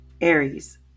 Aries